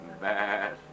Bad